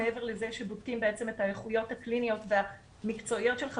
מעבר לזה שבודקים בעצם את האיכויות הקליניות והמקצועיות שלך,